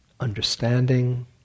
understanding